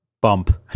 bump